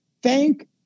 thank